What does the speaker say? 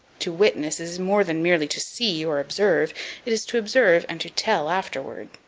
to witness is more than merely to see, or observe it is to observe, and to tell afterward.